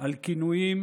על כינויים